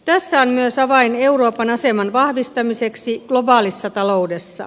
tässä on myös avain euroopan aseman vahvistamiseksi globaalissa taloudessa